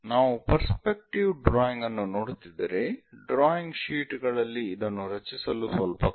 ನಾವು perspective drawing ಅನ್ನು ನೋಡುತ್ತಿದ್ದರೆ ಡ್ರಾಯಿಂಗ್ ಶೀಟ್ ಗಳಲ್ಲಿ ಇದನ್ನು ರಚಿಸಲು ಸ್ವಲ್ಪ ಕಷ್ಟ